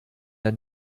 der